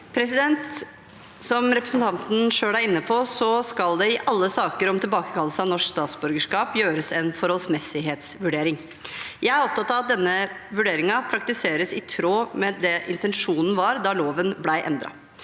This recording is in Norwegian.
Som represen- tanten selv er inne på, skal det i alle saker om tilbakekallelse av norsk statsborgerskap gjøres en forholdsmessighetsvurdering. Jeg er opptatt av at denne vurderingen praktiseres i tråd med det som var intensjonen da loven ble endret.